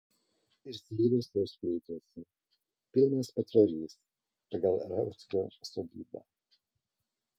ir slyvos jau skleidžiasi pilnas patvorys pagal rauckio sodybą